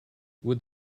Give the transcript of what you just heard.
would